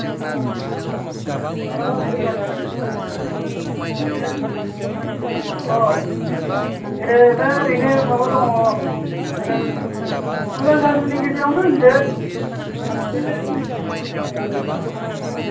दे मालाबा फैबानो जाबाय होम्बालाय ओरैनो औ ए दा ओरैनो माबा दङ मोजां मोजां गाज्रिनि गेजेरावनो होनदो बिदिनो दङ बर्तमान सोलिनानै